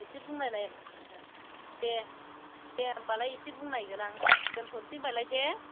एसे बुंनायनाय दे दे होनबालाय एसे बुंनायगोन आं दोन्थ'नोसै होनबालाय दे